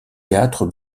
théâtres